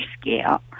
scale